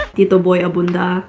tito boy abunda